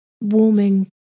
warming